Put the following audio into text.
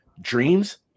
dreams